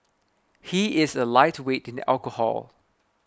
he is a lightweight in alcohol